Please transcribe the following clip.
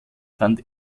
fand